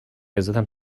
عزتم